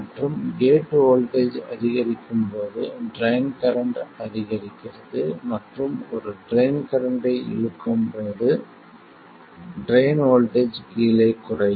மற்றும் gate voltage அதிகரிக்கும் போது ட்ரைன் கரண்ட் அதிகரிக்கிறது மற்றும் ஒரு ட்ரைன் கரண்ட்டை இழுக்கும்போது ட்ரைன் வோல்ட்டேஜ் கீழே குறையும்